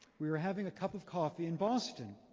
we were having a cup of coffee in boston.